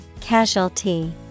Casualty